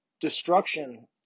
destruction